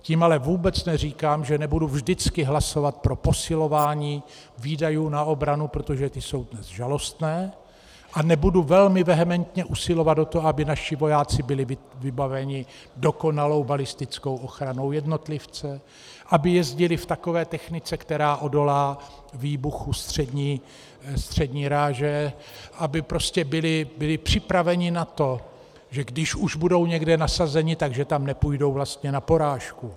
Tím ale vůbec neříkám, že nebudu vždycky hlasovat pro posilování výdajů na obranu, protože ty jsou dnes žalostné, a nebudu velmi vehementně usilovat o to, aby naši vojáci byli vybaveni dokonalou balistickou ochranou jednotlivce, aby jezdili v takové technice, která odolá výbuchu střední ráže, aby prostě byli připraveni na to, že když už budou někde nasazeni, tak tam nepůjdou vlastně na porážku.